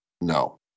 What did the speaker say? No